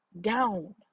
down